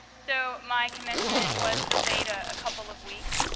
so my commencement was delayed a couple of weeks.